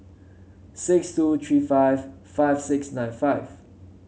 six two three five five six nine five